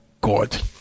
God